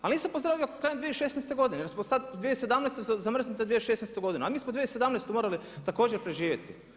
Ali nisam pozdravio krajem 2016. godine jer smo sada u 2017. zamrznuli 2016. godinu, a mi smo 2017. morali također preživjeti.